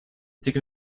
taken